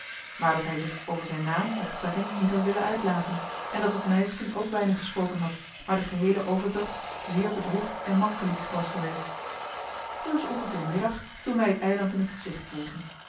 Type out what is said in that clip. maar dat hij zich over zijn naam of betrekking niet had willen uitlaten en dat het meisken ook weinig gesproken had maar den geheelen overtocht zeer bedroefd en mankeliek was geweest het was ongeveer middag toen wij het eiland in het gezicht kregen